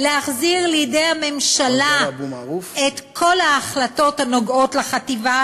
להחזיר לידי הממשלה את כל ההחלטות הנוגעות לחטיבה